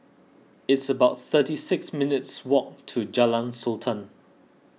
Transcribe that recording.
it's about thirty six minutes' walk to Jalan Sultan